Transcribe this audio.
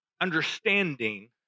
understanding